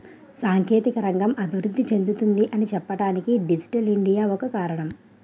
సాంకేతిక రంగం అభివృద్ధి చెందుతుంది అని చెప్పడానికి డిజిటల్ ఇండియా ఒక కారణం